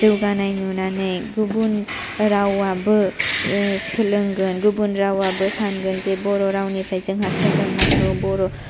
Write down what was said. जौगानाय नुनानै गुबुन रावाबो सोलोंगोन गुबुन रावाबो सानगोन जे बर' रावनिफ्राय जोंहा सोलोंनांगौ